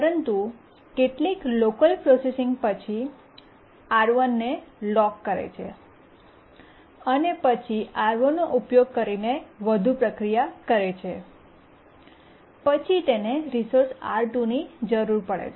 પરંતુ કેટલીક local processing પછી R1 ને લોક કરે છે અને પછી R1 નો ઉપયોગ કરીને વધુ પ્રક્રિયા કરે છે પછી તેને રિસોર્સ R2 ની જરૂર પડે છે